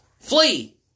Flee